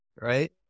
right